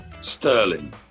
Sterling